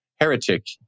heretic